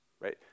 right